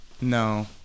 no